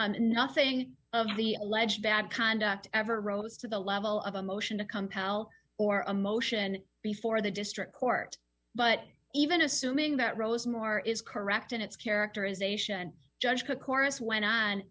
below nothing of the alleged bad conduct ever rose to the level of a motion to compel or a motion before the district court but even assuming that rose more is correct in its characterization and judge to chorus when